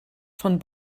von